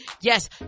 Yes